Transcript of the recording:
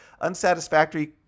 Unsatisfactory